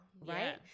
right